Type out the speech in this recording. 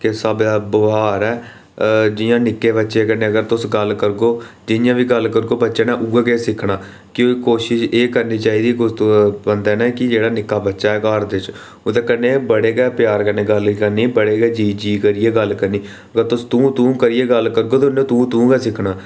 किस स्हाबै दा ब्यहार ऐ जियां निक्के बच्चे कन्नै अगर तुस गल्ल करगे ओ जि''यां बी गल्ल करगे ओ बच्चे नै उऐ किश सिक्खना कि कोशश एह् करनी चाहिदी त कोई बंदे नै कि जेह्ड़ा निक्का बच्चा ऐ घर बिच ओह्दे कन्नै बड़े गै प्यार कन्नै गल्ल करनी बड़े गै जी जी करियै गल्ल करनी अगर तुस तूं तूं करियै गल्ल करगे ते उ'नें तूं तूं गै सिक्खना